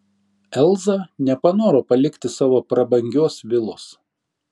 elza nepanoro palikti savo prabangios vilos